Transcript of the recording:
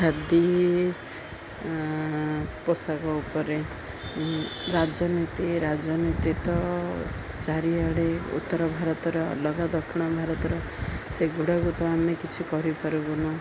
ଖାଦି ପୋଷାକ ଉପରେ ରାଜନୀତି ରାଜନୀତି ତ ଚାରିଆଡ଼େ ଉତ୍ତର ଭାରତର ଅଲଗା ଦକ୍ଷିଣ ଭାରତର ସେଗୁଡ଼ାକୁ ତ ଆମେ କିଛି କରିପାରିବୁନୁ